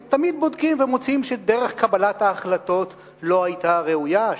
אז תמיד בודקים ומוצאים שדרך קבלת ההחלטות לא היתה ראויה,